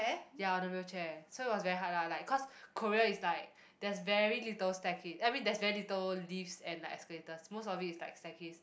ya on the wheelchair so it was very hard lah like cause Korea is like there's very little staircase I mean there's very little lifts and like escalators most of it is like staircase